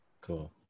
Cool